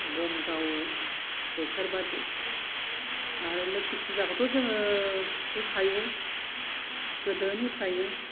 बमा गावो बेफोरबादि आरो लोखि फुजाखौथ' जोङो होखायो गोदोनिफ्रायनो